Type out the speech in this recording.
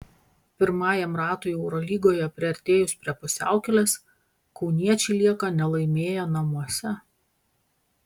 pirmajam ratui eurolygoje priartėjus prie pusiaukelės kauniečiai lieka nelaimėję namuose